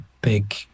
big